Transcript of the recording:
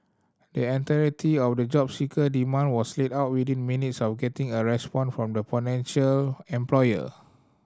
the entirety of the job seeker demand was laid out within minutes of getting a response from the potential employer